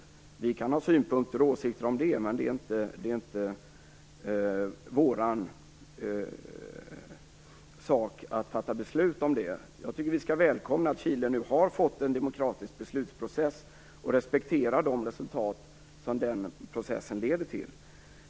Vi i Sverige kan ha synpunkter på och åsikter om det, men det är inte vår sak att fatta beslut om det. Jag tycker att vi skall välkomna att Chile nu har fått en demokratisk beslutsprocess, och respektera de resultat den processen leder till.